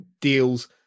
deals